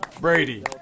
Brady